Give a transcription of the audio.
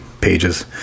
pages